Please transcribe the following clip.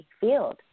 field